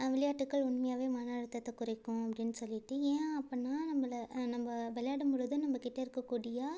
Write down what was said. விளையாட்டுகள் உண்மையாகவே மன அழுத்தத்தை குறைக்கும் அப்படின்னு சொல்லிட்டு ஏன் அப்படின்னா நம்மள நம்ம விளையாடும்பொழுது நம்மக்கிட்ட இருக்கக்கூடிய